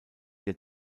der